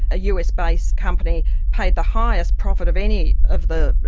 a us-based company, paid the highest profit of any of the,